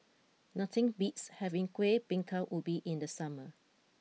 nothing beats having Kueh Bingka Ubi in the summer